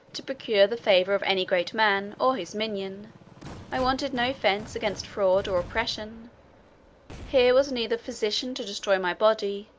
to procure the favour of any great man, or of his minion i wanted no fence against fraud or oppression here was neither physician to destroy my body,